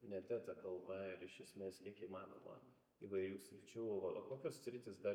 nete ta kalba ir iš esmės kiek įmanoma įvairių sričių o o kokios sritys dar